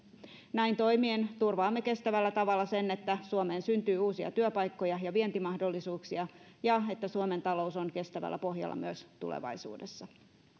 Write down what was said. näin toimien turvaamme kestävällä tavalla sen että suomeen syntyy uusia työpaikkoja ja vientimahdollisuuksia ja että suomen talous on kestävällä pohjalla myös tulevaisuudessa